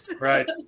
Right